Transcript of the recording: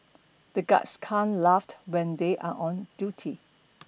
the guards can't laugh when they are on duty